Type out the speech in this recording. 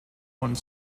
one